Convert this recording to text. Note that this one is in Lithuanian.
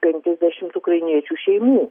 penkiasdešimt ukrainiečių šeimų